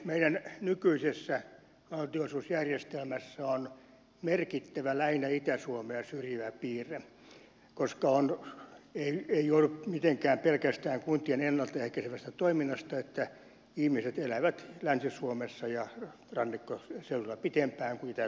meidän nykyisessä valtionosuusjärjestelmässä on merkittävä lähinnä itä suomea syrjivä piirre koska ei johdu mitenkään pelkästään kuntien ennalta ehkäisevästä toiminnasta että ihmiset elävät länsi suomessa ja rannikkoseudulla pitempään kuin itä suomessa